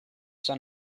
son